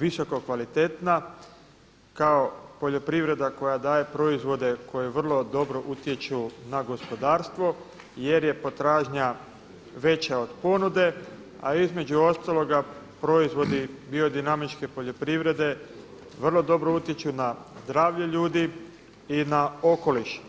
visoko kvalitetna, kao poljoprivreda koja daje proizvode koji vrlo dobro utječu na gospodarstvo jer je potražnja veća od ponude, a između ostaloga proizvodi biodinamičke poljoprivrede vrlo dobro utječu na zdravlje ljudi i na okoliš.